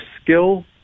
skill